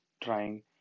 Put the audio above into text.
trying